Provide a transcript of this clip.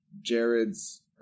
Jared's